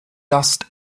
dust